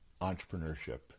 entrepreneurship